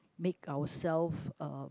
make ourself uh